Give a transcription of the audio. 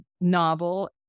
novel